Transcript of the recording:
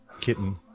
kitten